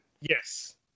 Yes